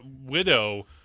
widow